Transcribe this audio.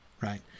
right